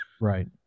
Right